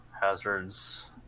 Hazards